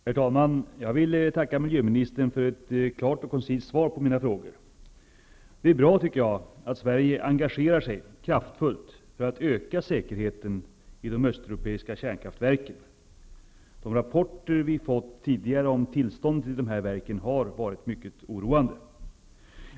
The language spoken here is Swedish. Herr talman! Jag vill tacka miljöministern för ett klart och koncist svar på mina frågor. Det är bra att Sverige engagerar sig kraftfullt för att öka säkerheten i de östeuropeiska kärnkraftverken. De rapporter som vi tidigare fått om tillståndet vid dessa verk har varit mycket oroande.